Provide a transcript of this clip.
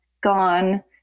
gone